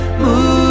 move